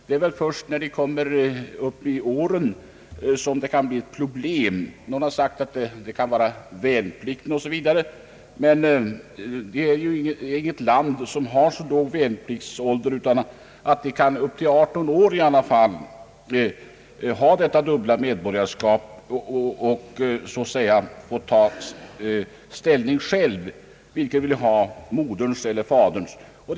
Det är väl först senare som det kan bli problem. Någon har sagt att det kan bli besvärligt vid värnplikten. Men det är ju inte något land som har så låg värnpliktsålder att inte vederbörande upp till 18 år kan ha detta dubbla medborgarskap och sedan själv ta ställning huruvida han vill ha moderns eller faderns medborgarskap.